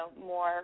more